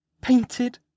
painted